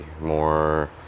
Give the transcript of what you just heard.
more